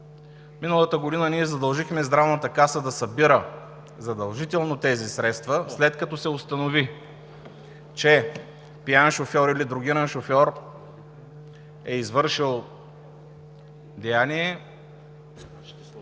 Миналата година ние задължихме Здравната каса да събира задължително тези средства, след като се установи, че пиян или дрогиран шофьор е извършил деяние